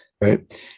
right